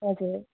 हजुर